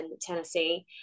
Tennessee